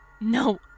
No